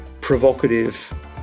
provocative